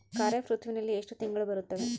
ಖಾರೇಫ್ ಋತುವಿನಲ್ಲಿ ಎಷ್ಟು ತಿಂಗಳು ಬರುತ್ತವೆ?